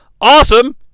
Awesome